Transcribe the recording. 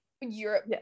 europe